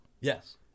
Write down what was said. Yes